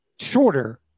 shorter